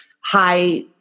high